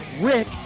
Rick